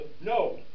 no